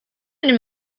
den